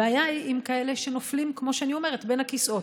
הבעיה היא עם כאלה שנופלים בין הכיסאות,